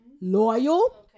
loyal